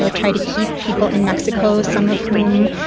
ah try to keep people in mexico, some of whom,